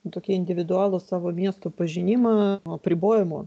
tokį individualų savo miesto pažinimą apribojimo